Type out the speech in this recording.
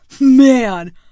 Man